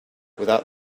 without